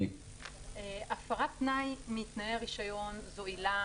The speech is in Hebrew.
הפרת תנאי מתנאי הרישיון זאת עילה